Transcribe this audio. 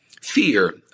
Fear